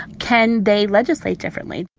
can they legislate differently?